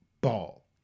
ball